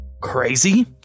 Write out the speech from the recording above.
Crazy